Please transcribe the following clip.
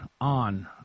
on